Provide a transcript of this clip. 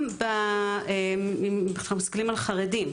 גם אם מסתכלים על חרדים,